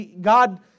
God